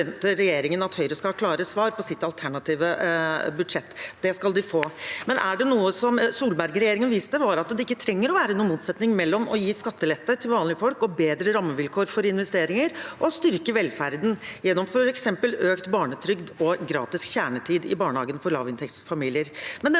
forventer regjeringen at Høyre skal ha klare svar på sitt alternative budsjett. Det skal de få. Men var det noe Solberg-regjeringen viste, var det at det ikke trenger å være noen motsetning mellom å gi skattelette til vanlige folk og å bedre rammevilkårene for investeringer, og å styrke velferden gjennom f.eks. økt barnetrygd og gratis kjernetid i barnehagen for lavinntektsfamilier.